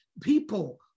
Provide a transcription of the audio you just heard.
People